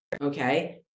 okay